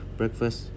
breakfast